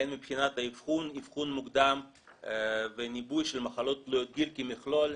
הן מבחינת אבחון מוקדם וניבוי של מחלות תלויות גיל כמכלול,